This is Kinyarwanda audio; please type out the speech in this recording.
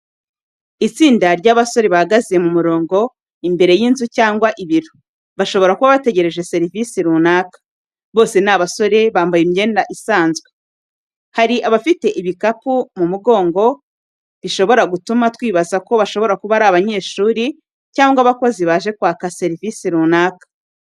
Itsinda ry’abasore bahagaze mu murongo, imbere y’inzu cyangwa ibiro, bashobora kuba bategereje serivisi runaka. Bose ni abasore, bambaye imyenda isanzwe. Hari abafite ibikapu ku mugongo, bishobora gutuma twibaza ko bashobora kuba ari abanyeshuri cyangwa abakozi baje kwaka serivisi runaka.